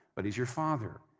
but he's your father.